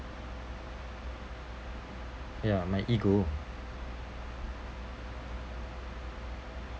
ya my ego